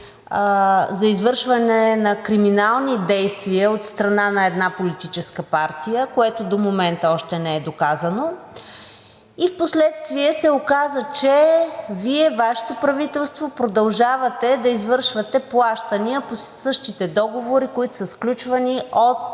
за извършване на криминални действия от страна на една политическа партия, което до момента още не е доказано, и впоследствие се оказа, че Вие, Вашето правителство продължавате да извършвате плащания по същите договори, които са сключвани от